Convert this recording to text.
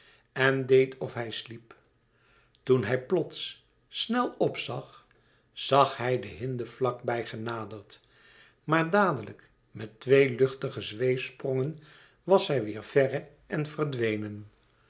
en deed of hij sliep toen hij plots snel p zag zag hij de hinde vlak bij genaderd maar dadelijk met twee luchtige zweefsprongen was zij weêr verre en verdwenen